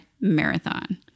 marathon